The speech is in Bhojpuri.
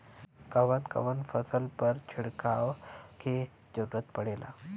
कवन कवन फसल पर छिड़काव के जरूरत पड़ेला?